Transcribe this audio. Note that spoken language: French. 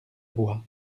voie